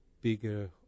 bigger